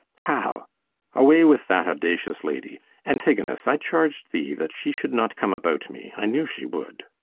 how away with that audacious lady antigonus, i charg'd thee that she should not come about me i knew she would.